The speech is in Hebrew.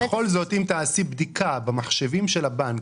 ובכל זאת אם תעשי בדיקה במחשבים של הבנק,